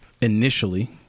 Initially